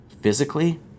physically